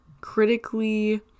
critically